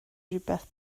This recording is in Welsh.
rywbeth